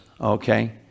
okay